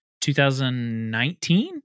2019